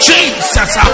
Jesus